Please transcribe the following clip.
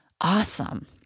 awesome